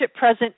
present